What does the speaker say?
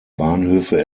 bahnhöfe